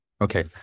Okay